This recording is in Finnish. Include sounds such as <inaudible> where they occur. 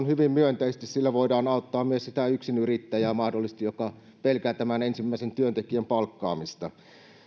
<unintelligible> hyvin myönteisesti sillä voidaan auttaa mahdollisesti myös sitä yksinyrittäjää joka pelkää ensimmäisen työntekijän palkkaamista